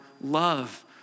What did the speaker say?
love